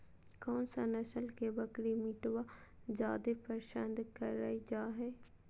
कौन सा नस्ल के बकरी के मीटबा जादे पसंद कइल जा हइ?